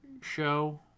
show